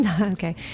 Okay